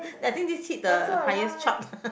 ya I think this hit the highest chart